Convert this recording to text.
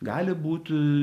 gali būt